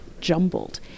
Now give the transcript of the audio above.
jumbled